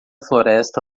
floresta